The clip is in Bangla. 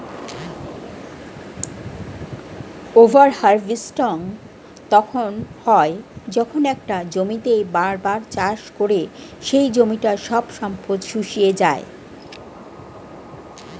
ওভার হার্ভেস্টিং তখন হয় যখন একটা জমিতেই বার বার চাষ করে সেই জমিটার সব সম্পদ শুষিয়ে যায়